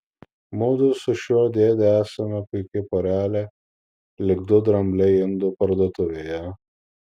mudu su šiuo dėde esame puiki porelė lyg du drambliai indų parduotuvėje